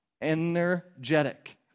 energetic